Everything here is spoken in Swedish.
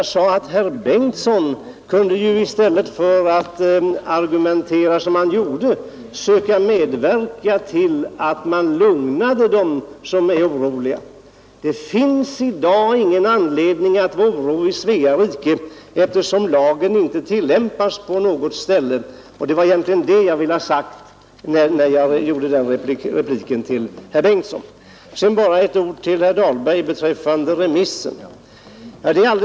Jag sade att herr Bengtsson i Göteborg i stället för att argumentera som han gjorde kunde söka medverka till att lugna dem som är oroliga. Det finns i dag i Svea rike ingen anledning att vara orolig, eftersom lagen inte tillämpas på något ställe. Detta var vad jag ville säga i min replik till herr Bengtsson. Sedan bara några ord till herr Dahlberg beträffande remissen.